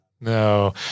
No